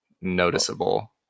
noticeable